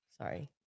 sorry